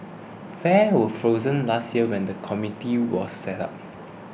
fares were frozen last year when the committee was set up